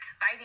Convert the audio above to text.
bye